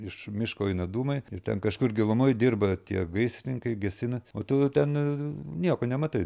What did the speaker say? iš miško eina dūmai ir ten kažkur gilumoj dirba tie gaisrininkai gesina o tu ten nieko nematai